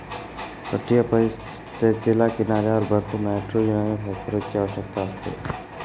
तटीय परिसंस्थेला किनाऱ्यावर भरपूर नायट्रोजन आणि फॉस्फरसची आवश्यकता असते